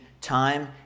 time